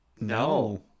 No